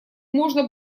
можно